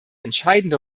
entscheidende